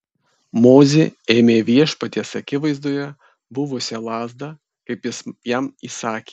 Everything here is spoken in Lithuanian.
mozė ėmė viešpaties akivaizdoje buvusią lazdą kaip jis jam įsakė